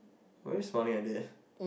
why you smiling like that